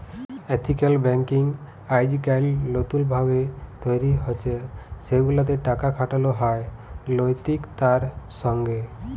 ethical banking আইজকাইল লতুল ভাবে তৈরি হছে সেগুলাতে টাকা খাটালো হয় লৈতিকতার সঙ্গে